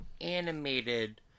animated